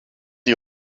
die